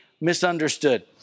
misunderstood